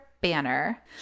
banner